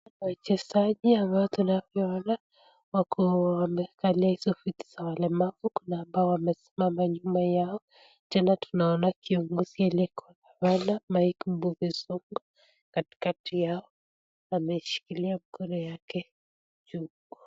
Wachezaji hawa tunavyoona, wako wamekalia hizo viti za walemavu. Kuna ambao wamesimama nyuma yao. Tena tunaona kiongozi aliyekuwa gavana, Mike Mbuvi Sonko. Katikati yao, ameshikilia mkono yake juu.